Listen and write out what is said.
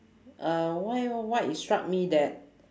uh why what it struck me that